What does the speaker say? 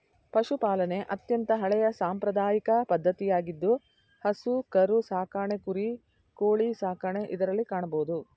ಪಶುಪಾಲನೆ ಅತ್ಯಂತ ಹಳೆಯ ಸಾಂಪ್ರದಾಯಿಕ ಪದ್ಧತಿಯಾಗಿದ್ದು ಹಸು ಕರು ಸಾಕಣೆ ಕುರಿ, ಕೋಳಿ ಸಾಕಣೆ ಇದರಲ್ಲಿ ಕಾಣಬೋದು